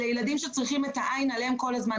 אלה ילדים שצריכים עליהם עין כל הזמן.